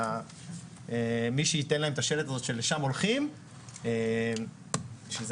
תודה